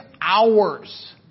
hours